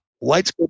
Lights